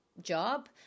job